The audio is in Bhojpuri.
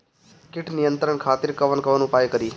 कीट नियंत्रण खातिर कवन कवन उपाय करी?